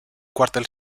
cuartel